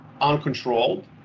uncontrolled